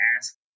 ask